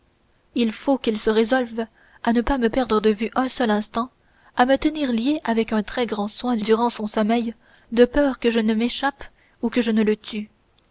il faut qu'il se résolve à ne pas me perdre de vue un seul instant à me tenir lié avec un très grand soin durant son sommeil de peur que je ne m'échappe ou que je ne le tue